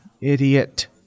idiot